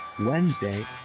Wednesday